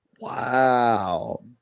Wow